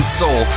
soul